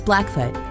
Blackfoot